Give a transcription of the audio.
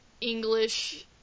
English